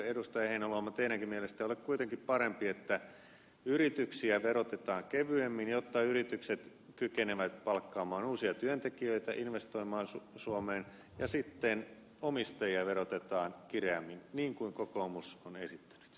heinäluoma teidänkin mielestänne ole kuitenkin parempi että yrityksiä verotetaan kevyemmin jotta yritykset kykenevät palkkaamaan uusia työntekijöitä investoimaan suomeen ja sitten omistajia verotetaan kireämmin niin kuin kokoomus on esittänyt